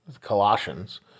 Colossians